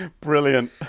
Brilliant